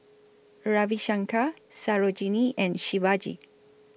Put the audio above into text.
Ravi Shankar Sarojini and Shivaji